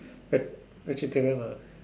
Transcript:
veg~ vegetarian ah